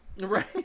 Right